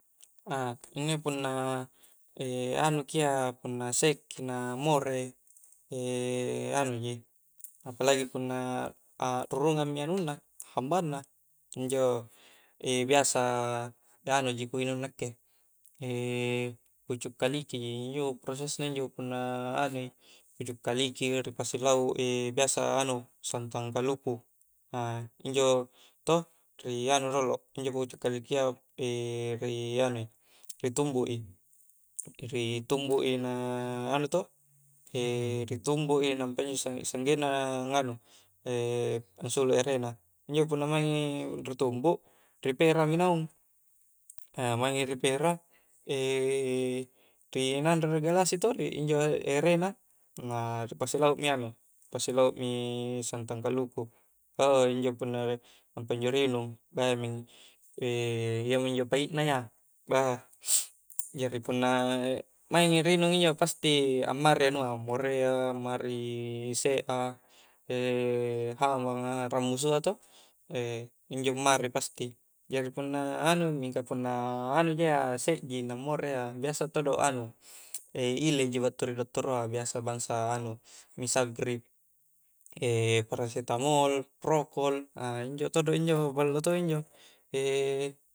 A inni punna anuki ia punna sekkki na more, anuji apalagi punna akrurungang mi anunna hambang na, injo biasa anuji ku inung nakke pucuk kaliki ji, injo prosesna injo punna anui, pucuk kaliki ji ripasilauk biasa anu, santang kaluku a injo toh ri anu i rolo, injo pucuk kalikia ri anui ri tumbuk i, ri tumbuk i na anu toh, ri tumbuk i nampa injo sang-sanggenna a nganu angsuluk erena, injo punna maing ri tumbuk ri perang naung, maing i ri pera rinanro ri galasi toh ri injo e-ere na, na ripasilauk mi anu, ripasilaukmi santang kaluku, injo nampa injo ri inung beuh iyaminjo paikna ia beuh, jari punna maingi ri injo pasti ammari i anua, more a, mari sek'a, hambang a, rammusu a toh injo ammari pasti, jari punna anui mingka punna anuja iya sek'ji na more ia biasa todo anu ileji battu ri dottoroa biasa bangsa anu misagrib, parasetamol prokold, injo todo injo balo to injo,